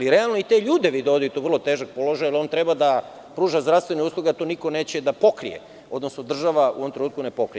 Ali, realno i te ljude vi dovodite u vrlo težak položaj, jer on treba da pruža zdravstvene usluge, a to niko neće da pokrije, odnosno država u ovom trenutku ne pokriva.